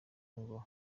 ngo